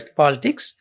politics